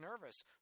nervous